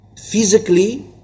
physically